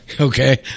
Okay